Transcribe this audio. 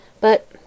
But